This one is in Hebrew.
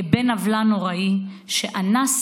בן עוולה נוראי שאנס